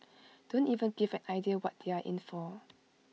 don't even give an idea what they are in for